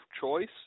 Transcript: choice